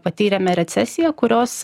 patyrėme recesiją kurios